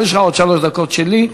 יש לך עוד שלוש דקות שלי.